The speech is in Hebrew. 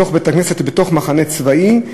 ליד פתח-תקווה, בבית-הכנסת שבתוך המחנה הצבאי.